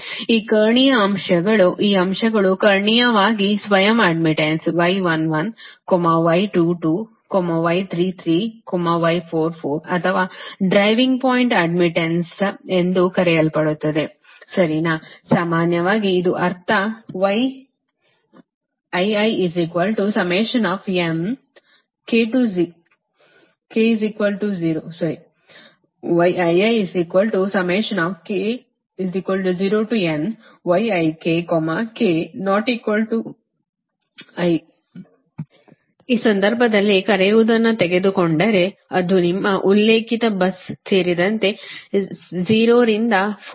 ಆ ಕರ್ಣೀಯ ಅಂಶಗಳು ಈ ಅಂಶಗಳು ಕರ್ಣೀಯವಾಗಿ ಸ್ವಯಂ ಅಡ್ಡ್ಮಿಟ್ಟನ್ಸ್ ಅಥವಾ ಡ್ರೈವಿಂಗ್ ಪಾಯಿಂಟ್ ಅಡ್ಡ್ಮಿಟ್ಟನ್ಸ್ ಎಂದು ಕರೆಯಲ್ಪಡುತ್ತವೆ ಸರಿನಾ ಸಾಮಾನ್ಯವಾಗಿ ಇದು ಅರ್ಥ ಅಂದರೆ ಆ ಸಂದರ್ಭದಲ್ಲಿ ಕರೆಯುವದನ್ನು ತೆಗೆದುಕೊಂಡರೆ ಅದು ನಿಮ್ಮ ಉಲ್ಲೇಖಿತ ಬಸ್ ಸೇರಿದಂತೆ 0 ರಿಂದ 4